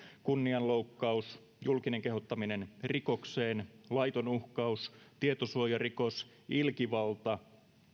kunnianloukkaus julkinen kehottaminen rikokseen laiton uhkaus tietosuojarikos ilkivalta